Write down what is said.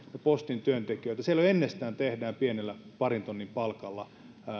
postin työntekijöitä siellä jo ennestään tehdään pienellä parin tonnin palkalla